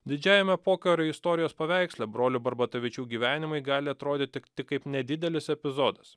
didžiajame pokario istorijos paveiksle brolių barbatavičių gyvenimai gali atrodyt tik tik kaip nedidelis epizodas